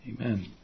Amen